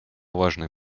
важной